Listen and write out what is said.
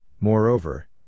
Moreover